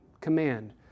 command